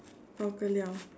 bao ka liao